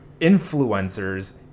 influencers